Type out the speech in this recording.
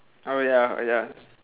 oh ya oh ya